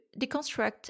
deconstruct